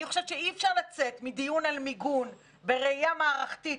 אני חושבת שאי אפשר לצאת מדיון על מיגון בראייה מערכתית